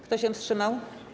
Kto się wstrzymał?